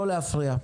לא להפריע.